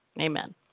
Amen